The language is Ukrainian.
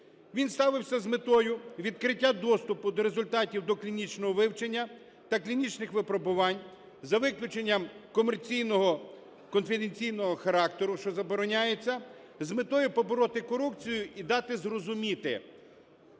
Він ставився з метою відкриття доступу до результатів доклінічного вивчення та клінічних випробувань за виключенням комерційного конференційного характеру, що забороняється, з метою бороти корупцію і дати зрозуміти,